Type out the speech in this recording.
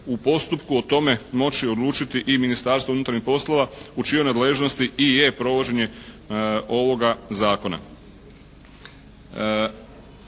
u postupku o tome moći odlučiti i Ministarstvo unutarnjih poslova u čijoj nadležnosti i je provođenje ovoga zakona.